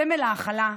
סמל ההכלה,